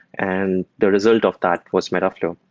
and the result of that was metaflow.